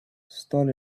stall